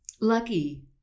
lucky